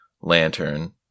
lantern